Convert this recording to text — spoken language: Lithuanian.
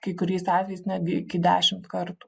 kai kuriais atvejais netgi iki dešimt kartų